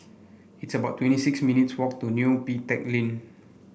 it's about twenty six minutes' walk to Neo Pee Teck Lane